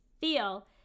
feel